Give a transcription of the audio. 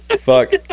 fuck